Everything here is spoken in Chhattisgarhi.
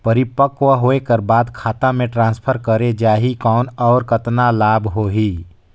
परिपक्व होय कर बाद खाता मे ट्रांसफर करे जा ही कौन और कतना लाभ होही?